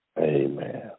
Amen